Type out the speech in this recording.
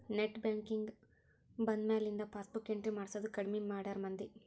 net banking ಬಂದ್ಮ್ಯಾಲಿಂದ passbook entry ಮಾಡ್ಸೋದ್ ಕಡ್ಮಿ ಮಾಡ್ಯಾರ ಮಂದಿ